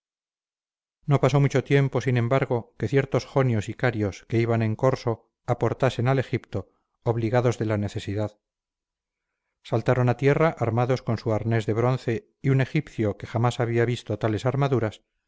no pasó mucho tiempo sin embargo que ciertos jonios y carios que iban en corso aportasen al egipto obligados de la necesidad saltaron a tierra armados con su arnés de bronce y un egipcio que jamás había visto tales armaduras